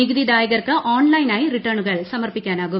നികുതിദായകർക്ക് ഓൺലൈനായി റിട്ടേണുകൾ സമർപ്പിക്കാനാകും